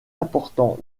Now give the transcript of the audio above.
important